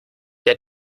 der